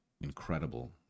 incredible